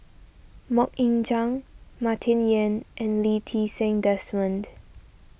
Mok Ying Jang Martin Yan and Lee Ti Seng Desmond